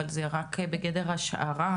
אבל זה רק בגדר השערה,